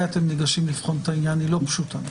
אתם ניגשים לבחון את העניין היא לא פשוטה.